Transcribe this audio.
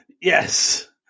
Yes